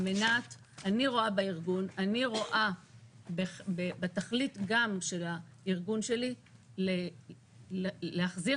אני רואה בתכלית של הארגון שלי להחזיר